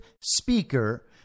speaker